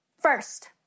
First